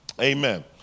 Amen